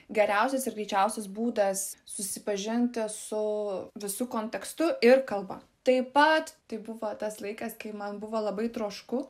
geriausias ir greičiausias būdas susipažinti su visu kontekstu ir kalba taip pat tai buvo tas laikas kai man buvo labai trošku